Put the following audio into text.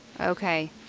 okay